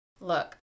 look